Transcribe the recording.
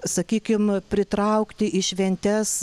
sakykim pritraukti į šventes